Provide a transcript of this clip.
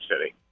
city